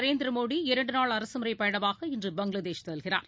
நரேந்திரமோடி இரண்டுநாள் அரசுமுறைப் பயணமாக இன்று பங்களாதேஷ் செல்கிறார்